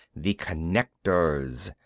the connectors,